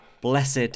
blessed